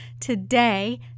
Today